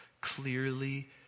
clearly